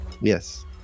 Yes